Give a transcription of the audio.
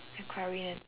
the chlorine and